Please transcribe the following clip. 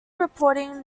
reporting